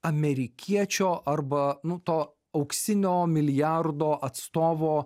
amerikiečio arba nu to auksinio milijardo atstovo